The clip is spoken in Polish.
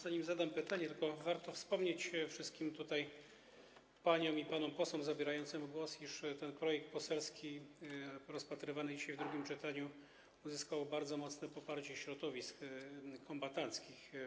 Zanim zadam pytanie, tylko przypomnę wszystkim paniom i panom posłom zabierającym głos, iż ten projekt poselski, rozpatrywany dzisiaj w drugim czytaniu, uzyskał bardzo mocne poparcie środowisk kombatanckich.